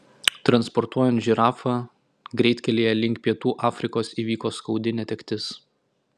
transportuojant žirafą greitkelyje link pietų afrikos įvyko skaudi netektis